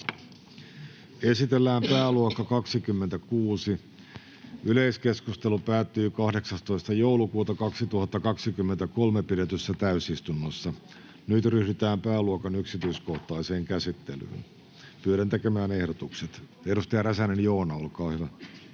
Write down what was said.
Esitellään pääluokka 26. Yleiskeskustelu päättyi 18.12.2023 pidetyssä täysistunnossa. Nyt ryhdytään pääluokan yksityiskohtaiseen käsittelyyn. [Speech 7] Speaker: Jussi Halla-aho